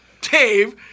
Dave